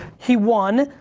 he won,